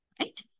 right